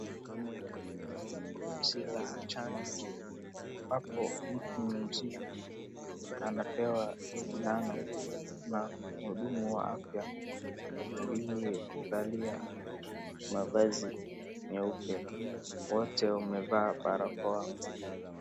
Zoezi la chanjo, hapo kuna mzee anapewa sindano na mhudumu wa afya aliyevalia mavazi meupe. Wote wamevaa barakoa.